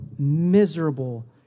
miserable